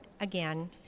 again